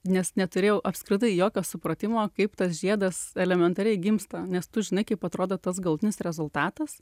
nes neturėjau apskritai jokio supratimo kaip tas žiedas elementariai gimsta nes tu žinai kaip atrodo tas galutinis rezultatas